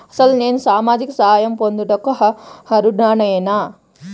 అసలు నేను సామాజిక సహాయం పొందుటకు అర్హుడనేన?